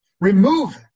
Remove